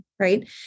right